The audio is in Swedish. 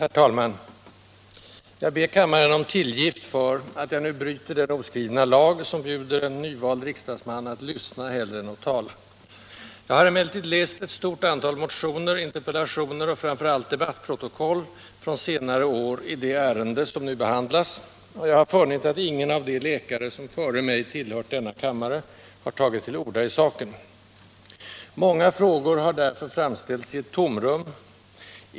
Herr talman! Jag ber kammaren om tillgift för att jag nu bryter den oskrivna lag som bjuder en nyvald riksdagsman att lyssna hellre än att tala. Jag har emellertid läst ett stort antal motioner, interpellationer och framför allt debattprotokoll från senare år i det ärende som nu behandlas, och jag har funnit att ingen av de läkare som före mig tillhört denna kammare har tagit till orda i saken. Många frågor har därför framställts i ett tomrum.